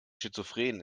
schizophren